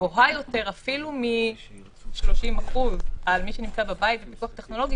גבוהה יותר אפילו מ-30% על מי שנמצא בבית בפיקוח טכנולוגי